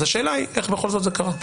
השאלה היא, איך בכל זאת זה קרה?